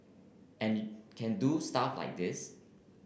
and can do stuff like this